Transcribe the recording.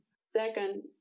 Second